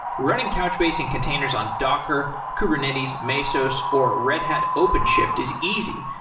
running couchbase in containers on docker, kubernetes, mesos, or red had openshift is easy,